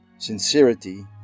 Sincerity